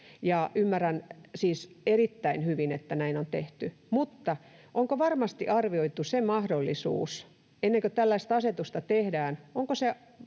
ymmärrän siis erittäin hyvin, että näin on tehty, mutta onko varmasti arvioitu se mahdollisuus, ennen kuin tällaista asetusta tehdään,